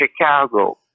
chicago